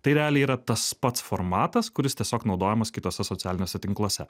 tai realiai yra tas pats formatas kuris tiesiog naudojamas kituose socialiniuose tinkluose